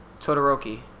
Todoroki